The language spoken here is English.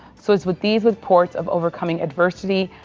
so it's with these with reports of overcoming adversity,